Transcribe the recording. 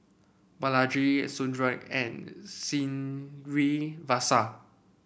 Balaji Sudhir and Srinivasa